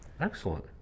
Excellent